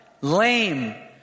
lame